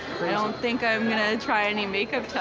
don't think i'm going to try any make-up